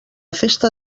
festa